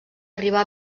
arribar